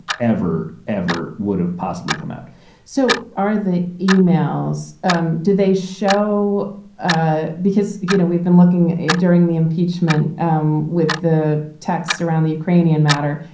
ever, ever would have possibly come out so are the emails. um did did they show ah because, you know, we've been looking it during the impeachment um with the texts around the ukrainian matter.